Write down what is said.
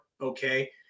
Okay